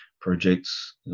projects